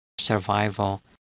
survival